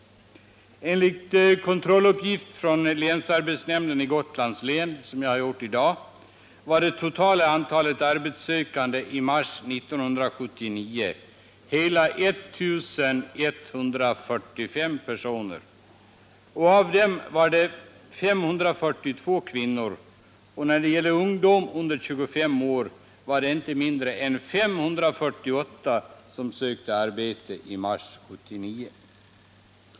Enligt en kontrolluppgift från länsarbetsnämnden i Gotlands län, som jag har fått i dag, var det totala antalet arbetssökande i mars 1979 hela 1 145 personer. Av dessa var det 545 kvinnor och 548 ungdomar under 25 år.